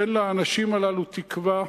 תן לאנשים האלה תקווה,